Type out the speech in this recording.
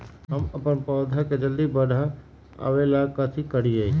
हम अपन पौधा के जल्दी बाढ़आवेला कथि करिए?